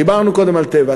דיברנו קודם על "טבע",